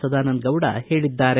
ಸದಾನಂದ ಗೌಡ ಹೇಳಿದ್ದಾರೆ